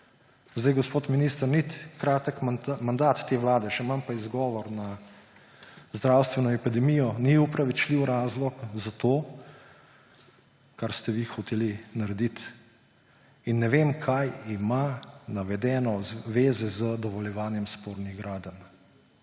Gospod minister, kratek mandat te vlade, še manj pa izgovor na zdravstveno epidemijo ni opravičljiv razlog za to, kar ste vi hoteli narediti. In ne vem, kaj ima navedeno veze z dovoljevanjem spornih gradenj.